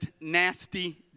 nasty